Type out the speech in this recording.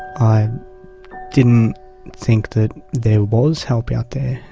i didn't think that there was help out there.